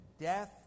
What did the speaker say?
death